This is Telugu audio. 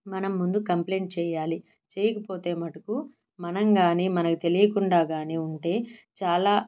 మనం ముందు కంప్లైంట్ చేయాలి చేయకపోతేమట్టుకు మనం కాని మనకు తెలియకుండా కాని ఉంటే చాలా